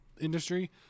industry